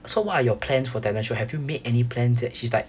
so what are your plans for talent show have you made any plans yet she's like